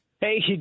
Hey